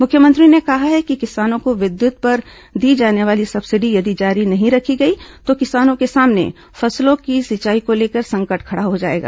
मुख्यमंत्री ने कहा है कि किसानों को विद्युत पर दी जाने वाली सब्सिडी यदि जारी नहीं रखी गई तो किसानों के सामने फसलों की सिंचाई को लेकर संकट खड़ा हो जाएगा